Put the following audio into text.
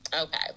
Okay